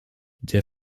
der